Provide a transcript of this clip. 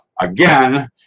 again